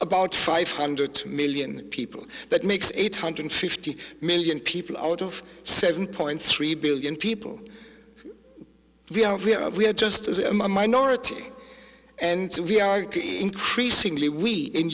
about five hundred million people that makes eight hundred fifty million people out of seven point three billion people we are we are just as a minority and so we are increasingly we in